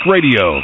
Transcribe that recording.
Radio